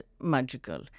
magical